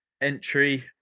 Entry